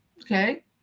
Okay